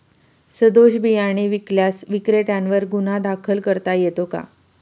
सदोष बियाणे विकल्यास विक्रेत्यांवर गुन्हा दाखल करता येतो का?